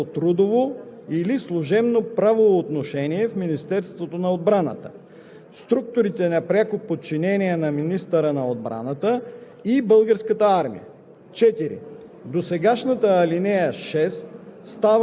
за назначаването на които се изисква медицинско или друго специално образование, могат да са и лица, назначени по трудово или служебно правоотношение в Министерството на отбраната,